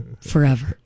forever